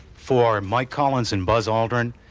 for mike collins and buzz aldrin.